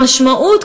המשמעות,